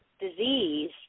disease